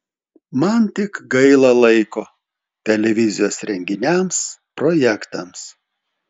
man tik gaila laiko televizijos renginiams projektams